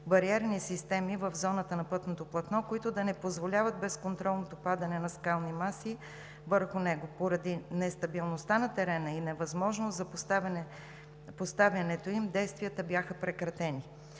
бариерни системи в зоната на пътното платно, които да не позволяват безконтролното падане на скални маси върху него. Поради нестабилността на терена и невъзможност за поставянето им, действията бяха прекратени.